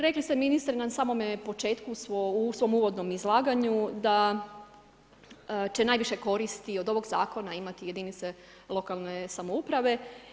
Rekli ste ministre, na samome početku u svom uvodnom izlaganju da će najviše koristi od ovog zakona imati jedinice lokalne samouprave.